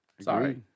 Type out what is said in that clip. Sorry